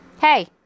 Hey